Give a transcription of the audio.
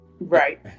right